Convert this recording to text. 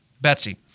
Betsy